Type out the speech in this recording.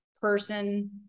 person